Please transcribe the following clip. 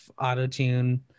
auto-tune